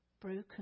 broken